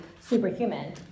superhuman